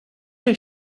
her